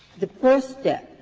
the first step,